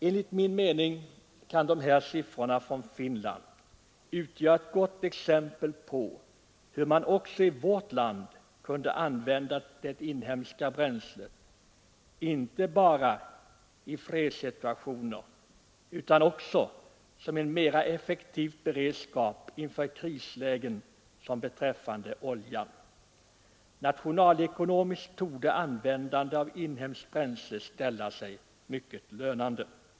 Enligt min mening kan de här siffrorna från Finland utgöra ett gott exempel på hur man också i vårt land kunde använda det inhemska bränslet, inte bara i fredssituationer utan också som en effektiv beredskap inför sådana krislägen som det nuvarande krisläget beträffande oljan. Nationalekonomiskt sett torde användande av inhemskt bränsle ställa sig mycket lönande.